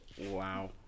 Wow